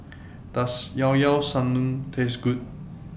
Does Llao Llao Sanum Taste Good